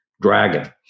dragon